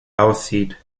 aussieht